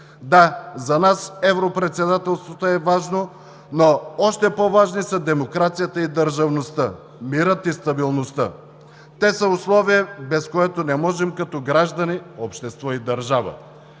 Да, за нас Европредседателството е важно, но още по-важни са демокрацията и държавността, мирът и стабилността. Те са условие, без което не можем като граждани, общество и държава!